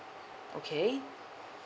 okay